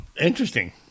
Interesting